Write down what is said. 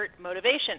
motivation